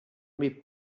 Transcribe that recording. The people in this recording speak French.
mais